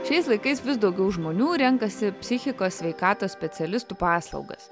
šiais laikais vis daugiau žmonių renkasi psichikos sveikatos specialistų paslaugas